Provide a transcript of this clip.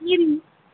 మీరు